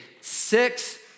six